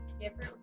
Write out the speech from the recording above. different